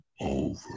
over